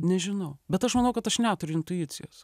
nežinau bet aš manau kad aš neturiu intuicijos